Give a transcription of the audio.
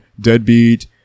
Deadbeat